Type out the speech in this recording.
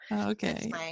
Okay